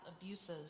abuses